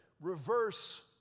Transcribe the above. reverse